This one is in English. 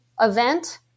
event